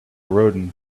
rodin